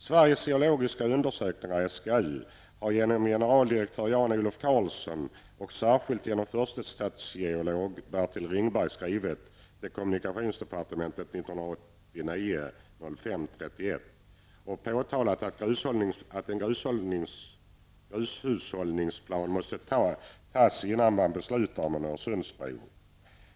Sveriges Geologiska Undersökning har genom generaldirektör Jan Olof Carlsson och särskilt genom första statsgeolog Bertil Ringberg skrivit till kommunikationsdepartementet den 31 maj 1989 och påtalat att en grushushållningsplan måste antas innan man beslutar om en Öresundsbro.